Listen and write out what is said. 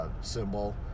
symbol